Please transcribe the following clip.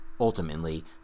ultimately